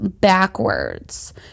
backwards